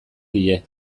die